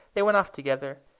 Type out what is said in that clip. they went off together,